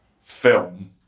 film